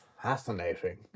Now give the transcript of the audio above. fascinating